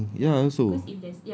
red thing ya I also